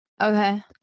Okay